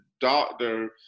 doctor